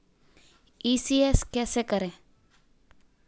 ECS कैसे करें?